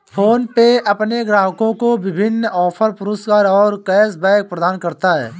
PhonePe अपने ग्राहकों को विभिन्न ऑफ़र, पुरस्कार और कैश बैक प्रदान करता है